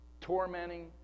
tormenting